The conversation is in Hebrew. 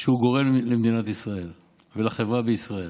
שהוא גורם למדינת ישראל ולחברה בישראל.